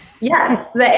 yes